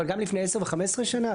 אבל גם לפני 10 ו-15 שנים?